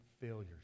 failures